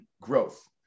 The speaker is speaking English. growth